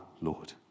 Lord